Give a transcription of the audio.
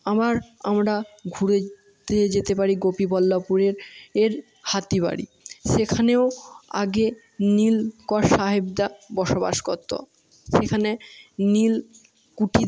আবার আমরা ঘুরতে যেতে পারি গোপীবল্লভপুরের এর হাতিবাড়ি সেখানেও আগে নীলকর সাহেবরা বসবাস করত সেখানে নীলকুঠি